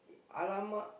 !alamak!